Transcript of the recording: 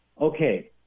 okay